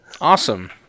Awesome